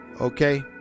Okay